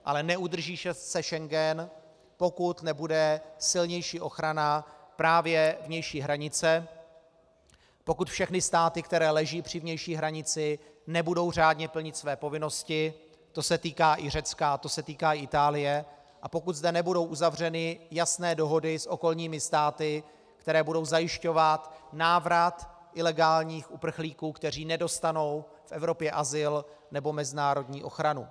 Ale neudrží se Schengen, pokud nebude silnější ochrana právě vnější hranice, pokud všechny státy, které leží při vnější hranici, nebudou řádně plnit své povinnosti, to se týká i Řecka, to se týká Itálie, a pokud zde nebudou uzavřeny jasné dohody s okolními státy, které budou zajišťovat návrat ilegálních uprchlíků, kteří nedostanou v Evropě azyl nebo mezinárodní ochranu.